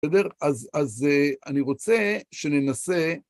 בסדר? אז אני רוצה שננסה...